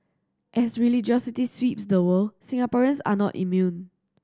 as religiosity sweeps the world Singaporeans are not immune